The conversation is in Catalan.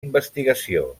investigació